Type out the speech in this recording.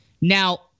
Now